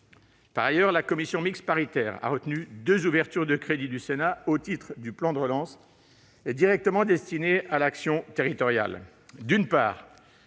Par ailleurs, la commission mixte paritaire a retenu deux ouvertures de crédits du Sénat au titre du plan de relance et directement destinées à l'action territoriale. D'une part,